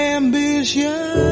ambition